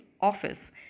office